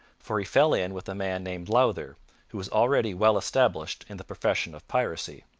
for he fell in with a man named lowther who was already well established in the profession of piracy.